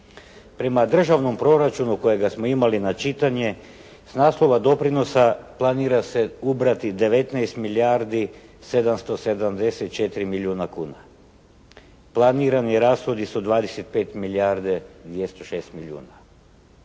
Prema državnom proračunu kojega smo imali na čitanje s naslova doprinosa planira se ubrati 19 milijardi 774 milijuna kuna. Planirani rashodi su 25 milijardi 206 milijuna.